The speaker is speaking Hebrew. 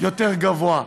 יותר גבוה.